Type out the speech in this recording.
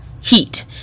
heat